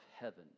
heaven